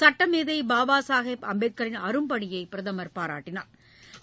சட்டமேதை பாபா சாகேப் அம்பேத்கரின் அரும்பணியை பிரதமா் பாராட்டினாா்